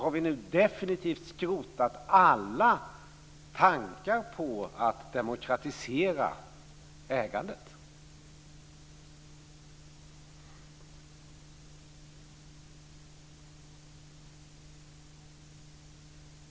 Har vi nu definitivt skrotat alla tankar på att demokratisera ägandet?